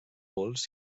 pols